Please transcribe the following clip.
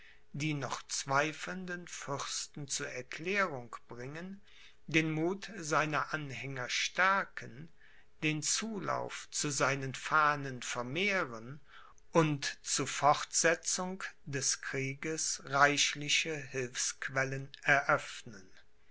die noch zweifelnden fürsten zur erklärung bringen den muth seiner anhänger stärken den zulauf zu seinen fahnen vermehren und zu fortsetzung des krieges reichliche hilfsquellen eröffnen